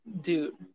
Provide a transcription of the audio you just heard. dude